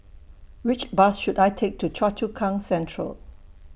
Which Bus should I Take to Choa Chu Kang Central